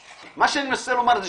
(מוטי בר טוב יוצא מאולם הוועדה.) מה שאני מנסה לומר זה,